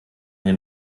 hier